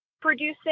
producing